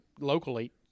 locally